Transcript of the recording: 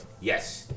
Yes